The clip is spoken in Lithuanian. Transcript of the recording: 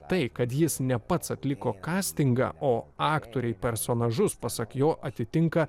tai kad jis ne pats atliko kastingą o aktoriai personažus pasak jo atitinka